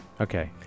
Okay